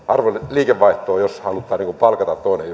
liikevaihtoa jos halutaan palkata toinen